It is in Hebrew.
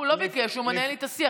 הוא לא ביקש, הוא מנהל איתה שיח.